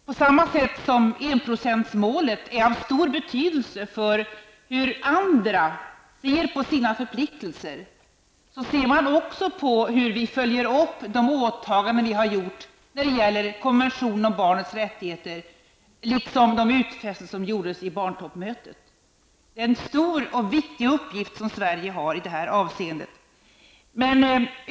På samma sätt som enprocentsmålet är av stor betydelse för hur andra ser på sina förpliktelser, ser man också på hur vi följer upp de åtaganden vi gjort när det gäller konventionen om barnens rättigheter. Det gäller även de utfästelser som gjordes vid barntoppmötet. Sverige har en stor och viktig uppgift i det här avseendet.